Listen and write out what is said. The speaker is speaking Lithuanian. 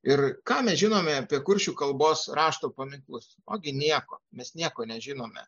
ir ką mes žinome apie kuršių kalbos rašto paminklus ogi nieko mes nieko nežinome